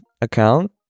account